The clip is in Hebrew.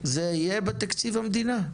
זה יהיה בתקציב המדינה?